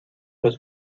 los